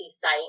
site